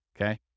Okay